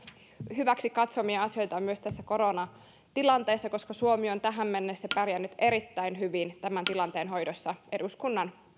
hyväksi katsomiaan asioita myös tässä koronatilanteessa koska suomi on tähän mennessä pärjännyt erittäin hyvin tämän tilanteen hoidossa eduskunnan